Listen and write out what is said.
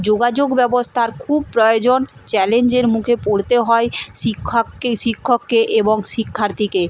যোগাযোগ ব্যবস্থার খুব প্রয়োজন চ্যালেঞ্জের মুখে পড়তে হয় শিক্ষককে শিক্ষককে এবং শিক্ষার্থীকে